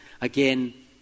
again